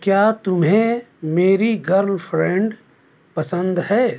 کیا تمہیں میری گرل فرینڈ پسند ہے